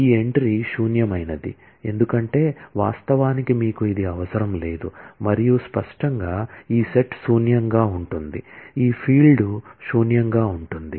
ఈ ఎంట్రీ శూన్యమైనది ఎందుకంటే వాస్తవానికి మీకు ఇది అవసరం లేదు మరియు స్పష్టంగా ఈ సెట్ శూన్యంగా ఉంటుంది ఈ ఫీల్డ్ శూన్యంగా ఉంటుంది